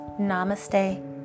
Namaste